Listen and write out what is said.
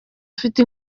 ufite